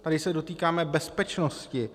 Tady se dotýkáme bezpečnosti.